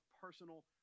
personal